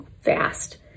fast